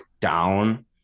down